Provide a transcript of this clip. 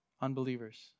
unbelievers